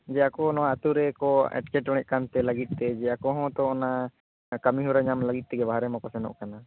ᱡᱮ ᱟᱠᱚ ᱱᱚᱣᱟ ᱟᱹᱛᱩ ᱨᱮᱠᱚ ᱮᱴᱠᱮᱴᱚᱲᱮᱜ ᱠᱟᱱᱛᱮ ᱞᱟᱹᱜᱤᱫ ᱛᱮ ᱟᱠᱚ ᱦᱚᱸ ᱛᱚ ᱚᱱᱟ ᱠᱟᱹᱢᱤ ᱦᱚᱨᱟ ᱧᱟᱢ ᱞᱟᱹᱜᱤᱫ ᱛᱮᱜᱮ ᱵᱟᱨᱦᱮ ᱢᱟᱠᱚ ᱥᱮᱱᱚᱜ ᱠᱟᱱᱟ